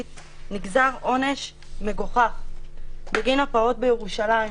נגזר עונש מגוחך בגין הפעוט בירושלים,